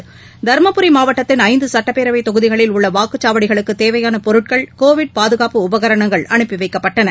மாவட்டத்தின் தருமபுரி ஐந்துசட்டப்பேரவைதொகுதிகளில் உள்ளவாக்குச்சாவடிகளுக்குதேவையானபொருட்கள் கோவிட் பாதுகாப்பு உபகரணங்கள் அனுப்பிவைக்கப்பட்டன